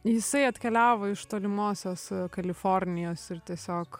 jisai atkeliavo iš tolimosios kalifornijos ir tiesiog